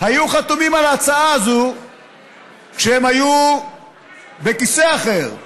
היו חתומים על ההצעה הזאת כשהם היו בכיסא אחר,